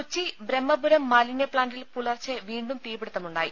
കൊച്ചി ബ്രഹ്മപുരം മാലിന്യപ്സാന്റിൽ പുലർച്ചെ വീണ്ടും തീപിടുത്തമുണ്ടായി